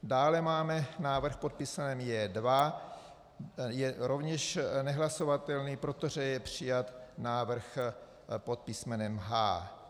Dále máme návrh pod písmenem J2, je rovněž nehlasovatelný, protože je přijat návrh pod písmenem H.